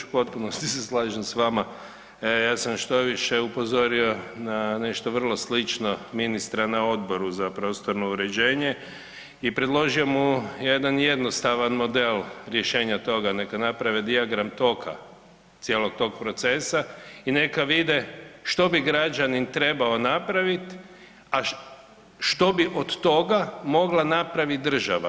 U potpunosti se slažem s vama, ja sam štoviše upozorio na nešto vrlo slično ministra na Odboru za prostorno uređenje i predložio mu jedan jednostavan model rješenja toga neka napravi dijagram toka cijelog tog procesa i neka vide što bi građanin trebao napravit, a što bi od toga mogla napraviti država.